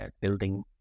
building